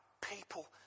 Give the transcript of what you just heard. people